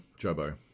Jobo